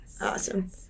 Awesome